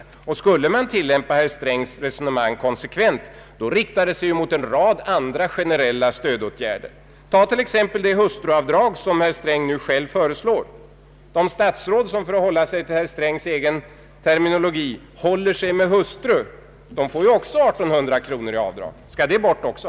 Skulle man konsekvent tillämpa herr Strängs resonemang, riktar det sig ju mot en rad andra generella stödåtgärder. Tag t.ex. det hustruavdrag som herr Sträng nu själv föreslår! De statsråd som — för att använda herr Strängs egen terminologi — håller sig med hustru får ju också ett avdrag på 1 800 kronor. Skall detta bort också?